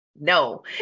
No